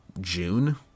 June